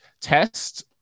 test